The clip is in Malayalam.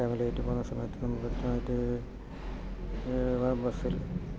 ഫാമിലിയായിട്ട് പോകുന്ന സമയത്ത് നമുക്ക് ബസ്സിൽ